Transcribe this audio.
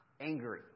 angry